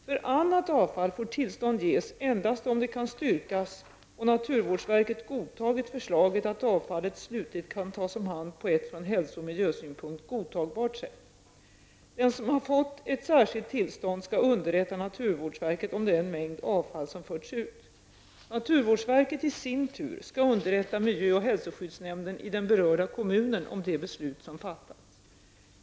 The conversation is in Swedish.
För annat avfall får tillstånd ges endast om det kan styrkas, och om naturvårdsverket godtagit förslaget, att avfallet slutligt kan tas om hand på ett från hälso och miljösynpunkt godtagbart sätt. Den som har fått ett särskilt tillstånd skall underrätta naturvårdsverket om den mängd avfall som förts ut. Naturvårdsverket i sin tur skall underrätta miljöoch hälsoskyddsnämnden i den berörda kommunen om de beslut som fattats.